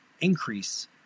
increase